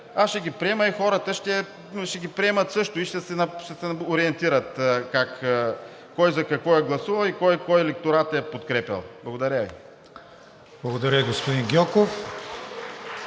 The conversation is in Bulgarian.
аз ще ги приема, и хората ще ги приемат също, и ще се ориентират кой за какво е гласувал и кой лекторат е подкрепял. Благодаря Ви. (Ръкопляскания от